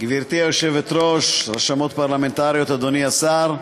גברתי היושבת-ראש, רשמות פרלמנטריות, אדוני השר,